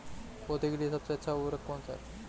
पौधों के लिए सबसे अच्छा उर्वरक कौनसा हैं?